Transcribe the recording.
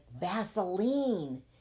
Vaseline